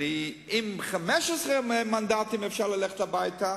אם עם 15 מנדטים אפשר ללכת הביתה,